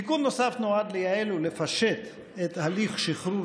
תיקון נוסף נועד לייעל ולפשט את הליך שחרור